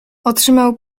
otrzymał